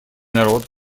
народ